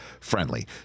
friendly